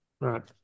Right